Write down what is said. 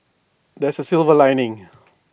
there's A silver lining